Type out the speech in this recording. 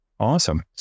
Awesome